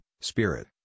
spirit